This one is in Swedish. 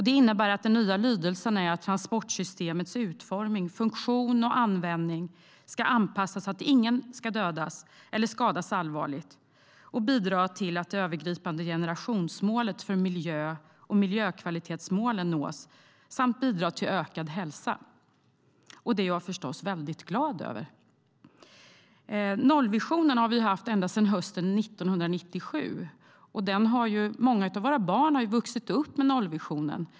Det innebär att den nya lydelsen är att transportsystemets utformning, funktion och användning ska anpassas så att ingen ska dödas eller skadas allvarligt, bidra till det övergripande generationsmålet för miljö och miljökvalitetsmålen nås samt bidra till ökad hälsa. Det är jag förstås väldigt glad över. Vi har haft nollvisionen ända sedan hösten 1997. Många av våra barn har vuxit upp med nollvisionen.